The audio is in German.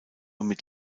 mit